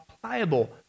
pliable